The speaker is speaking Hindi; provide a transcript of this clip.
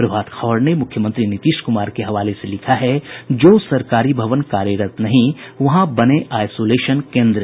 प्रभात खबर ने मुख्यमंत्री नीतीश कुमार के हवाले से लिखा है जो सरकारी भवन कार्यरत नहीं वहां बने आईसोलेशन केन्द्र